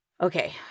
Okay